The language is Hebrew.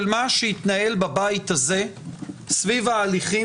של מה שהתנהל בבית הזה סביב ההליכים